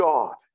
God